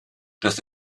das